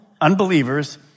unbelievers